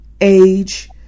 age